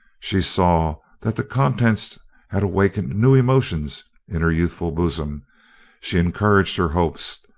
she saw, that the contents had awakened new emotions in her youthful bosom she encouraged her hopes,